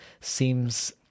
seems